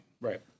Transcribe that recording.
right